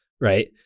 right